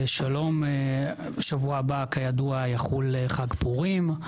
שלום, בשבוע הבא, כידוע, יחול חג פורים.